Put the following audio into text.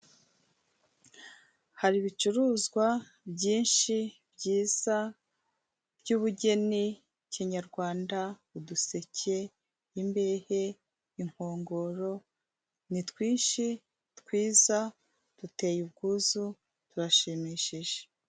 Hari ibicuruzwa byinshi byiza by'ubugeni kinyarwanda; uduseke, imbehe, inkongoro ni twinshi twiza duteye ubwuzu turashimishije.